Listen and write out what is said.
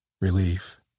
Relief